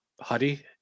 Huddy